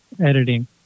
editing